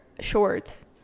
shorts